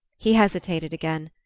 he hesitated again.